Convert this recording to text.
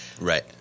Right